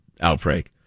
outbreak